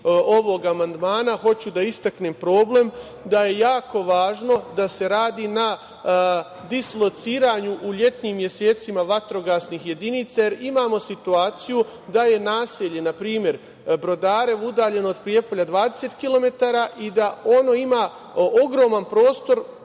ovog amandmana, hoću da istaknem problem da je jako važno da se radi na dislociranju u letnjim mesecima vatrogasnih jedinica, jer imamo situaciju da je naselje, na primer Brodarevo, udaljeno od Prijepolja 20 kilometara i da ono ima ogroman prostor